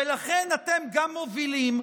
ולכן אתם גם מובילים,